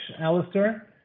Alistair